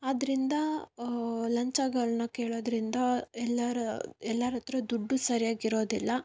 ಆದ್ದರಿಂದ ಲಂಚಗಳನ್ನ ಕೇಳೋದರಿಂದ ಎಲ್ಲರ ಎಲ್ಲರತ್ತಿರ ದುಡ್ಡು ಸರಿಯಾಗಿ ಇರೋದಿಲ್ಲ